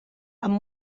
amb